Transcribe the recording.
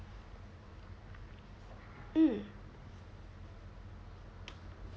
mm